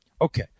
Okay